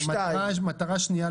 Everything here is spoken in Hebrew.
לחוק יש מטרה שנייה.